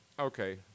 Okay